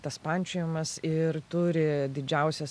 tas pančiojimas ir turi didžiausias